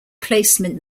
placement